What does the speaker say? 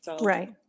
Right